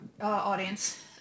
audience